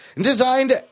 Designed